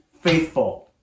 faithful